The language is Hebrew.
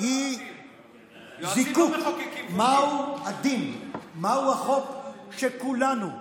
היא זיקוק מהו הדין, מהו החוק שכולנו,